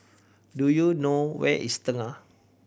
do you know where is Tengah